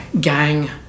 gang